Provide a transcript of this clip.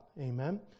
Amen